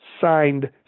signed